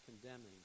condemning